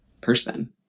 person